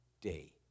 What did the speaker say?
day